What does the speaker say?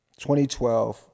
2012